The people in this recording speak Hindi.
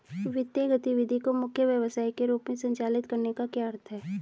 वित्तीय गतिविधि को मुख्य व्यवसाय के रूप में संचालित करने का क्या अर्थ है?